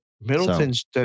Middleton's